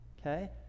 okay